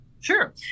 Sure